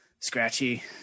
scratchy